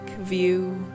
view